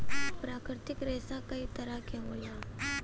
प्राकृतिक रेसा कई तरे क होला